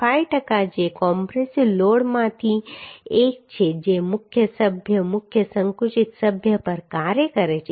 5 ટકા જે કમ્પ્રેસિવ લોડમાંથી એક છે જે મુખ્ય સભ્ય મુખ્ય સંકુચિત સભ્ય પર કાર્ય કરે છે